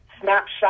snapshot